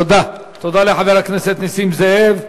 תודה לחבר הכנסת נסים זאב.